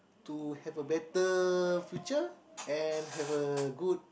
to have a better future and have a good